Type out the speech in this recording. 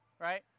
right